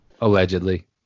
allegedly